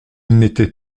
n’était